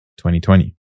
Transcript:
2020